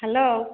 hello